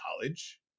college